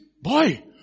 boy